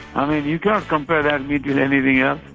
i mean, you can't compare that meat with anything yeah